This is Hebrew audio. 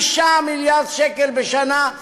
5 מיליארד שקל בשנה,